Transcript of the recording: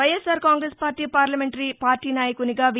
YSR Congress party parliamentary party నాయకునిగా వి